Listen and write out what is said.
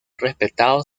respetado